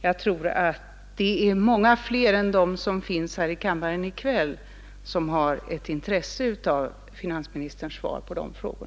Jag tror att det är många fler än de som finns här i kammaren i kväll som har intresse av finansministerns svar på mina frågor.